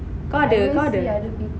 kau ada kau ada